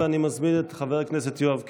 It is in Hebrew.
אני מזמין את חבר הכנסת יואב קיש,